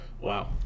Wow